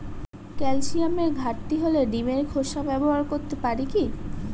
ক্যালসিয়ামের ঘাটতি হলে ডিমের খোসা ব্যবহার করতে পারি কি?